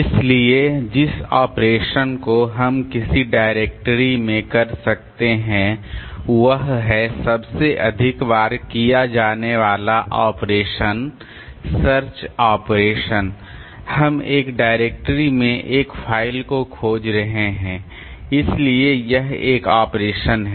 इसलिए जिस ऑपरेशन को हम किसी डायरेक्टरी में कर सकते हैं वह है सबसे अधिक बार किया जाने वाला ऑपरेशन सर्च ऑपरेशन हम एक डायरेक्टरी में एक फ़ाइल को खोज रहे हैं इसलिए यह एक ऑपरेशन है